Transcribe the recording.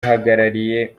uhagarariye